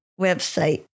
website